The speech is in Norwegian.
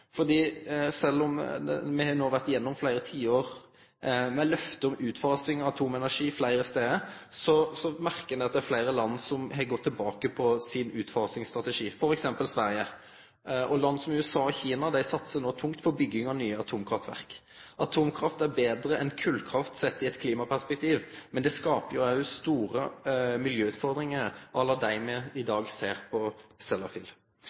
om me no har vore gjennom fleire tiår med løfte om utfasing av atomenergi fleire stader, merkar ein at det er fleire land som har gått tilbake på sin utfasingsstrategi, f.eks. Sverige, og land som USA og Kina satsar no tungt på bygging av nye atomkraftverk. Atomkraft er betre enn kolkraft sett i eit klimaperspektiv, men det skapar òg store miljøutfordringar à la dei me i dag ser på